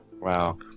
Wow